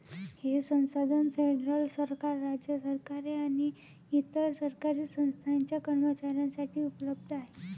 हे संसाधन फेडरल सरकार, राज्य सरकारे आणि इतर सरकारी संस्थांच्या कर्मचाऱ्यांसाठी उपलब्ध आहे